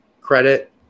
credit